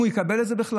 אם הוא יקבל את זה בכלל?